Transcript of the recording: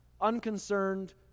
unconcerned